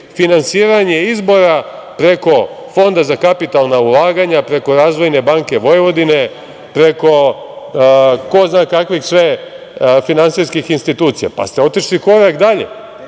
finansiranje izbora preko Fonda za kapitalna ulaganja, preko Razvojne banke Vojvodine, preko ko zna kakvih sve finansijskih institucija…(Marijan Rističević: Tesla